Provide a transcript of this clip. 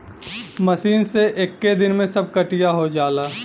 machine से एक्के दिन में सब कटिया हो जाला